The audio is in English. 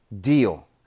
deal